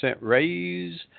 raise